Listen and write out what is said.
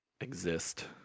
exist